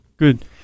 Good